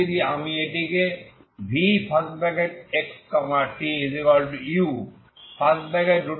তাই যদি আমি এটিকে vxtuaxat বলি